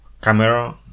camera